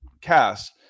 cast